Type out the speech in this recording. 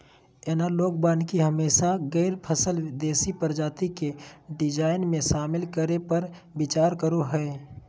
analogue वानिकी हमेशा गैर फसल देशी प्रजाति के डिजाइन में, शामिल करै पर विचार करो हइ